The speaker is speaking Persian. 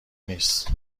نیست